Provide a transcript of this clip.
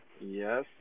Yes